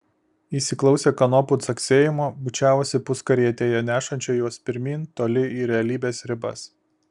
įsiklausę kanopų caksėjimo bučiavosi puskarietėje nešančioje juos pirmyn toli į realybės ribas